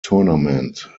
tournament